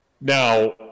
Now